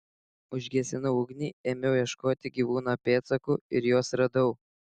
užgesinau ugnį ėmiau ieškoti gyvūno pėdsakų ir juos radau